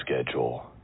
schedule